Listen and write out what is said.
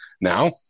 Now